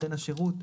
נותן השירות,